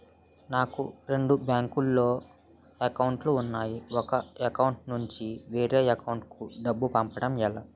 నాకు రెండు బ్యాంక్ లో లో అకౌంట్ లు ఉన్నాయి ఒక అకౌంట్ నుంచి వేరే అకౌంట్ కు డబ్బు పంపడం ఎలా?